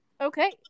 Okay